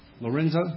Lorenzo